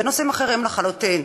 בנושאים אחרים לחלוטין,